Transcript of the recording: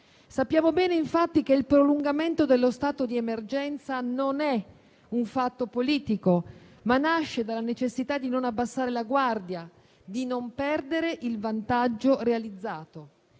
Sappiamo bene, infatti, che il prolungamento dello stato di emergenza non è un fatto politico, ma nasce dalla necessità di non abbassare la guardia, di non perdere il vantaggio realizzato.